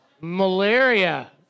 Malaria